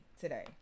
Today